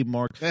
Mark